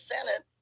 Senate